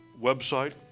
website